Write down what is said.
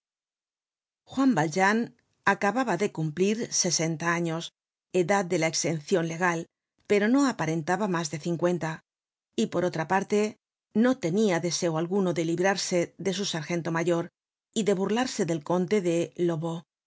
juan valjean acababa de cumplir sesenta años edad de la exencion legal pero no aparentaba mas de cincuenta y por otra parte no tenia deseo alguno de librarse de su sargento mayor y de burlarse del conde de lobau